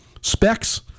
specs